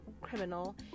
criminal